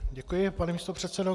Děkuji, pane místopředsedo.